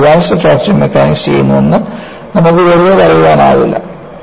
ഞാൻ advanced fracture mechanics ചെയ്യുന്നുവെന്ന് നമുക്ക് വെറുതെ പറയാനാവില്ല